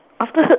after surd